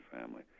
family